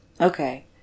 Okay